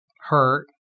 hurt